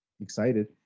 excited